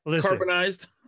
Carbonized